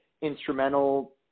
instrumental